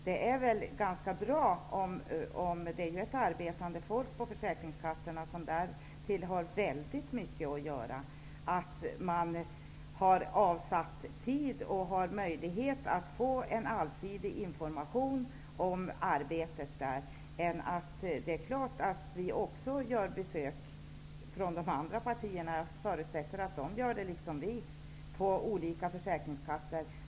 De som arbetar på försäkringskassorna har väldigt mycket att göra, och det är bra om de får möjlighet att avsätta tid för att ge allsidig information om arbetet där. Det är klart att vi också besöker olika försäkringskassor, och jag förutsätter att de andra partierna också gör det.